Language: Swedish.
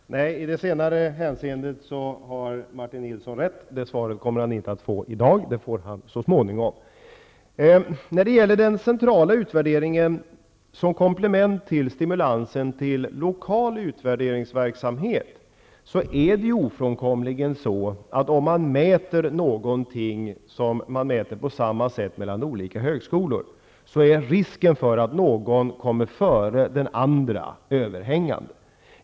Herr talman! Nej, i det senare hänseendet har Martin Nilsson rätt. Det svaret kommer han inte att få i dag, det får han så småningom. När det gäller den centrala utvärderingen som komplement till stimulansen till lokal utvärderingsverksamhet, är det ju ofrånkomligt att om man mäter någonting på samma sätt mellan olika högskolor, så är risken för att någon kommer före den andra överhängande.